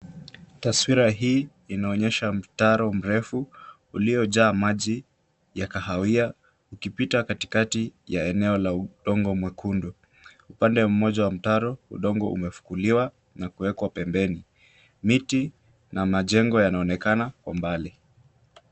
Taswira hii inaonyesha mtaro mrefu uliojaa maji ya kahawia ukipita katikati ya eneo la udongo mwekundu. Upande moja wa mtaro, udongo umefukuliwa na kuwekwa pembeni. Miti na majengo yanaoenekana kwa mbali.